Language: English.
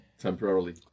temporarily